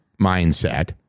mindset